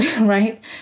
right